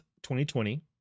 2020